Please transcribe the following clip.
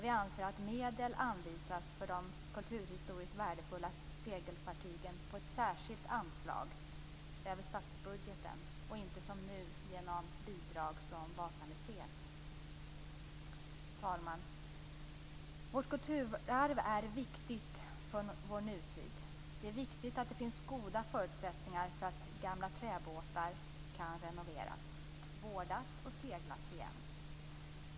Vi anser att medel skall anvisas för de kulturhistoriskt värdefulla segelfartygen i ett särskilt anslag över statsbudgeten, inte som nu genom bidrag från Vasamuseet. Fru talman! Vårt kulturarv är viktigt för vår nutid. Det är viktigt att det finns goda förutsättningar för att gamla träbåtar kan renoveras, vårdas och segla igen.